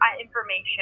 information